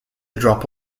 drop